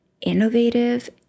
innovative